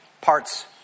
parts